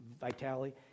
vitality